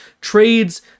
trades